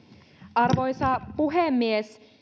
arvoisa puhemies